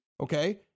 okay